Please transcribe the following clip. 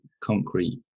concrete